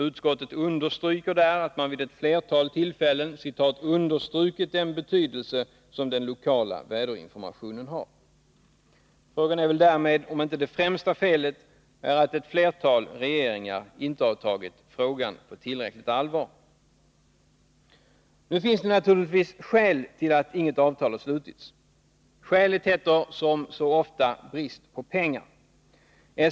Utskottet betonar där att man vid flera tillfällen ”understrukit den betydelse som den lokala väderinformationen har”. Frågan är väl därmed om inte det största felet är att ett flertal regeringar inte har tagit problemet tillräckligt mycket på allvar. Nu finns det naturligtvis skäl till att inget avtal har slutits. Skälet heter, som så ofta, brist på pengar.